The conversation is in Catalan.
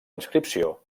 inscripció